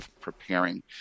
preparing